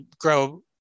grow